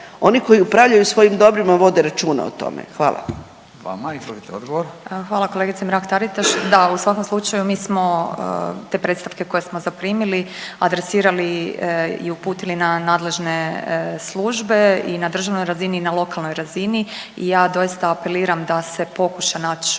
Izvolite odgovor. **Petir, Marijana (Nezavisni)** Hvala kolegice Mrak Taritaš. Da, u svakom slučaju mi smo te predstavke koje smo zaprimili adresirali i uputili na nadležne službe i na državnoj razini i na lokalnoj razini i ja doista apeliram da se pokuša nać